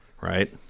right